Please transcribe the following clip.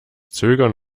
zögern